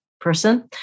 person